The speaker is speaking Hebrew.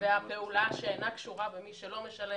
--- והפעולה שאינה קשורה במי שלא משלם,